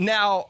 Now